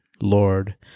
Lord